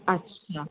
अच्छा